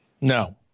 No